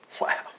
Wow